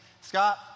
Scott